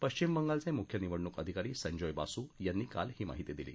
पश्चिम बंगालचे मुख्य निवडणूक अधिकारी संजोय बासू यांनी काल ही माहिती दिली